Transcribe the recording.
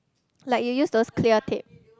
like you use those clear tape